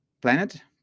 planet